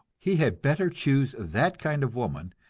he had better choose that kind of woman,